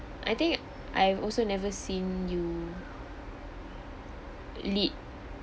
I think I also never seen you lead